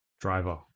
Driver